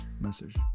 message